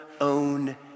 own